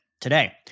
today